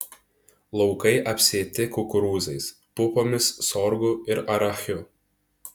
laukai apsėti kukurūzais pupomis sorgu ir arachiu